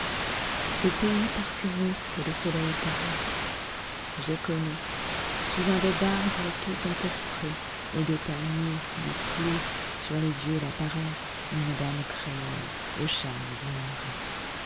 au pays parfumé que le soleil caresse j'ai connu sous un dais d'arbres tout empourpréset de palmiers d'où pleut sur les yeux la paresse une dame créole aux charmes ignorés